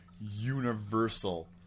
Universal